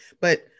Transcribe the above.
but-